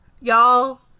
Y'all